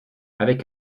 avec